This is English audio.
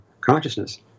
consciousness